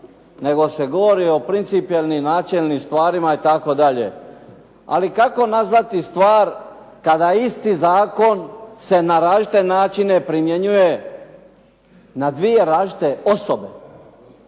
nego se govori o principijelnim i načelnim stvarima itd. Ali kako nazvati stvar kada isti zakon se na različite načine primjenjuje na dvije različite osobe.